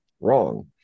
wrong